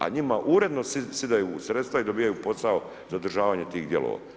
A njima uredno sidaju sredstva i dobijaju posao za održavanje tih dijelova.